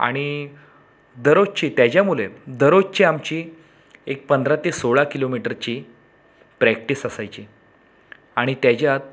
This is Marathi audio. आणि दररोजची त्याच्यामुळे दररोजची आमची एक पंधरा ते सोळा किलोमीटरची प्रॅक्टिस असायची आणि त्याच्यात